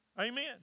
Amen